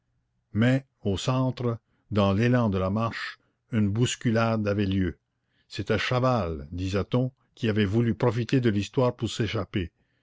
mais au centre dans l'élan de la marche une bousculade avait lieu c'était chaval disait-on qui avait voulu profiter de l'histoire pour s'échapper